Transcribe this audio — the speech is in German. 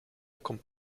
kommt